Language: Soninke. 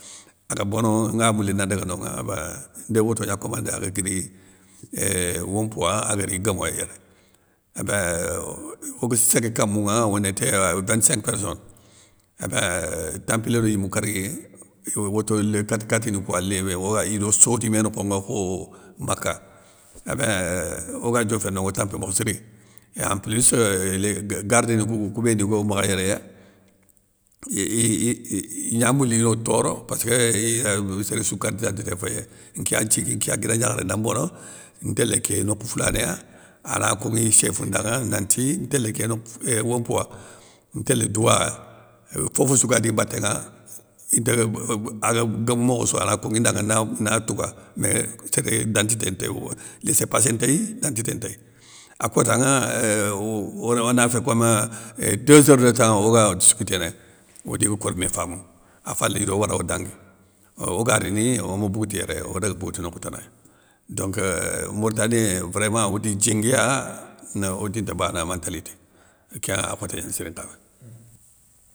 Aga bono nga mouli nan ndaga nonŋa ébein nde woto gna komandé aga guiri éuuh wompoua agari guémoye yéré, ébein oga ségué kamounŋa on nété euuh vinte cinq personne ébéinn tampilé do yimou kérgui, iwo woto lén kate kateni kouwa léwé oway ido sotti mé nokhonŋa kho, maka, ébeinn, oga dioféne no o tampi mokho siri, é en plus leu gardeni kou kou béni go makha yéré ya, igna mouli ino toro, passkeu iyeu séréssou kardidantité féyé, nké yan nthigui nké ya guida gnakharé na mbono, ntélé ké nokhou foulané ya, ana konŋi i chéfou ndanŋa, nanti ntélé ké nokhou wompouwa, ntélé douwaya, fofossou gadi mbaténŋa, inte ague gomo mokhossou ana konŋi danŋa na na touga, mé séré dantité nte wo léssé passé ntey dantité ntéy, a kotanŋa, éuuuh ona fé kom deux zeure de temp oga discuténé, odiga kor mé famounou, a falé ido waro odangui, oga rini oma bogoti yéré odaga bogoti nokhou tana, donc euuh mourtanie vraiment odi djinguiya, mé odin nta bana mentalité kénŋa a khoté gnani sirin nkha méné.